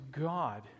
God